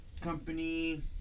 company